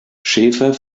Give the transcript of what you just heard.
schäfer